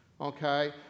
Okay